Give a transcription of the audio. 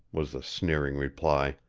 was the sneering reply.